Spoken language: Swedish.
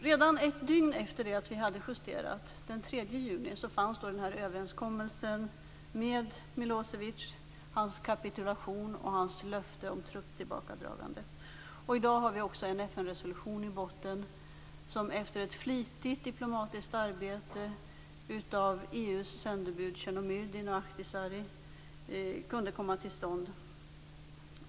Redan ett dygn efter att utskottet den 3 juni justerat sitt betänkande träffades överenskommelsen med Milosevic om hans kapitulation och hans löfte om trupptillbakadragande. I dag har vi också en FN resolution i botten som efter ett flitigt diplomatiskt arbete av EU:s sändebud Tjernomyrdin och Ahtisaari kunde komma till stånd.